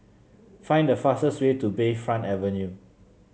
find the fastest way to Bayfront Avenue